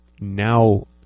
now